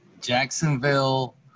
Jacksonville